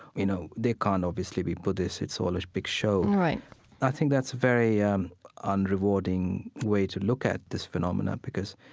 you know, they can't obviously be buddhists. it's all a big show right i think that's a very um unrewarding way to look at this phenomena, because,